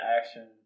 action